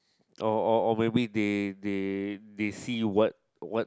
or or or maybe they they they see what what